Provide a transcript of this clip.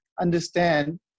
understand